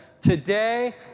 Today